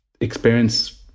experience